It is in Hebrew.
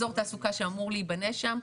אזור תעסוקה שאמור להיבנות שם,